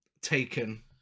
taken